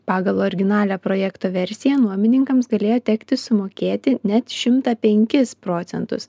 pagal originalią projekto versiją nuomininkams galėjo tekti sumokėti net šimtą penkis procentus